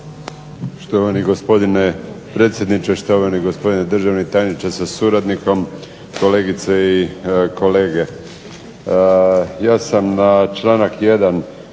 Štovani gospodine predsjedniče, štovani gospodine državni tajniče sa suradnikom, kolegice i kolege. Ja sam na članak 1.